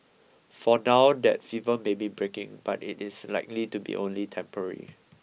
for now that fever may be breaking but it is likely to be only temporary